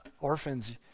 orphans